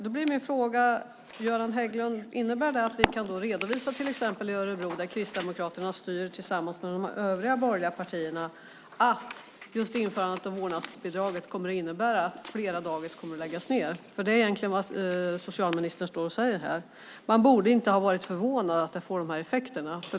Då blir min fråga till Göran Hägglund: Innebär det då att ni kan redovisa i till exempel Örebro, där Kristdemokraterna styr tillsammans med de övriga borgerliga partierna, att införandet av vårdnadsbidraget kommer att innebära att flera dagis kommer att läggas ned? Det är egentligen vad socialministern står och säger här. Man borde inte vara förvånad över att det får de här effekterna.